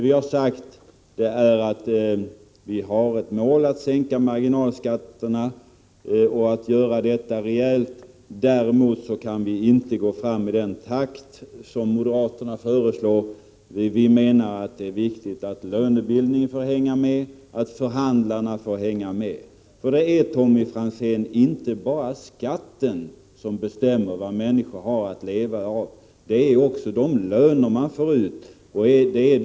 Vi har sagt att vi har målet att sänka marginalskatterna, och att göra detta rejält. Däremot kan vi inte gå fram i den takt som moderaterna föreslår. Folkpartiet menar att det är viktigt att lönebildningen hänger med, liksom också att förhandlarna får göra detta. Det är nämligen, Tommy Franzén, inte bara skatten som bestämmer vad människor har att leva av, utan också de löner man får ut bestämmer den saken.